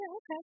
okay